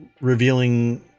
revealing